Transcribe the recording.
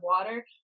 water